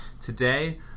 Today